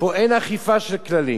פה אין אכיפה של כללים.